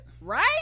Right